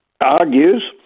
argues